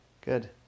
good